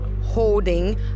holding